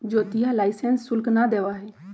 ज्योतिया लाइसेंस शुल्क ना देवा हई